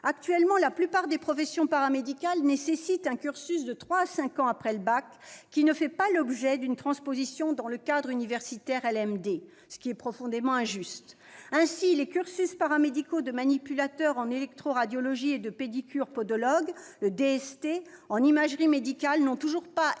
Actuellement, la plupart des professions paramédicales nécessitent un cursus de trois à cinq ans après le bac qui ne fait pas l'objet d'une transposition dans le cadre universitaire LMD, ce qui est profondément injuste. Ainsi, les cursus paramédicaux de manipulateur en électroradiologie et de pédicure-podologue, le DST en imagerie médicale n'ont toujours pas été